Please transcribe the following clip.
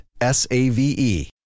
S-A-V-E